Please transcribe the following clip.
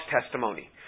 testimony